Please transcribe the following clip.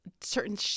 certain